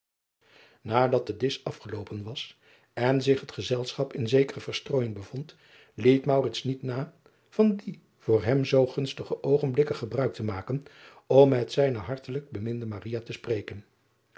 adat de disch afgeloopen was en zich het gezelschap in zekere verstrooijing bevond liet niet na van die voor hem zoo gunstige oogenblikken gebruik te maken om met zijne hartelijk beminde te spreken